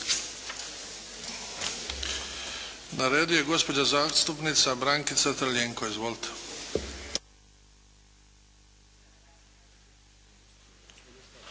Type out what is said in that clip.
Na redu je gospođa zastupnica Brankica Crljenko. Izvolite.